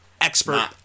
expert